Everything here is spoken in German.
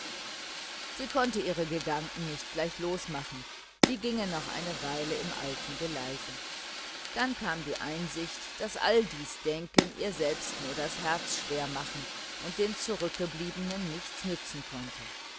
sie konnte ihre gedanken nicht gleich losmachen die gingen noch eine weile im alten geleise dann kam die einsicht daß all dies denken ihr selbst nur das herz schwer machen und den zurückgebliebenen nichts nützen konnte